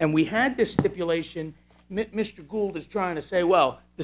and we had to stipulate ssion mr gould is trying to say well the